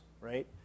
right